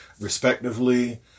respectively